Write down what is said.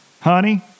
honey